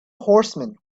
horsemen